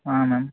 ma'am